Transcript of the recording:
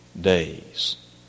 days